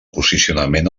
posicionament